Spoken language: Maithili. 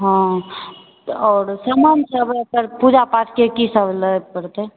हँ तऽ आओर समानसभ एकर पूजा पाठक कीसभ लबय परतै